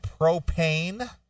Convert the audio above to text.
Propane